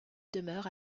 demeure